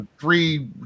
three